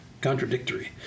Contradictory